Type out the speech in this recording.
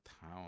town